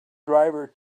driver